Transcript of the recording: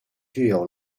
具有